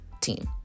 team